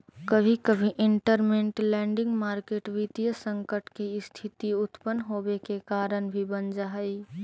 कभी कभी इंटरमेंट लैंडिंग मार्केट वित्तीय संकट के स्थिति उत्पन होवे के कारण भी बन जा हई